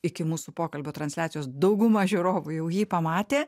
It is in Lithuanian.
iki mūsų pokalbio transliacijos dauguma žiūrovų jau jį pamatė